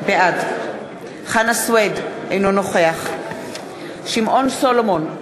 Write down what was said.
בעד חנא סוייד, אינו נוכח שמעון סולומון,